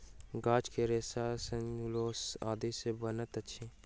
गाछ के रेशा सेल्यूलोस आदि सॅ बनैत अछि